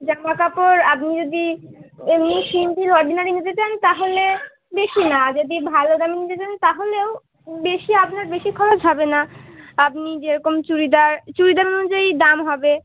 জামা কাপড় আপনি যদি এমনি সিম্পিল অর্ডিনারি নিতে চান তাহলে বেশি না যদি ভালো দামে নিতে চান তাহলেও বেশি আপনার বেশি খরচ হবে না আপনি যেরকম চুড়িদার চুড়িদার অনুযায়ী দাম হবে